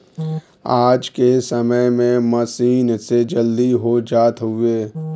आज के समय में मसीन से जल्दी हो जात हउवे